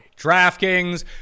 DraftKings